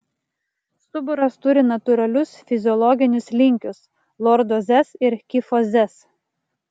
stuburas turi natūralius fiziologinius linkius lordozes ir kifozes